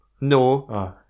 No